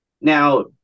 Now